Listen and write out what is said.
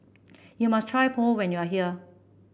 you must try Pho when you are here